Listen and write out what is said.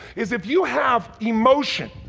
is if you have emotion,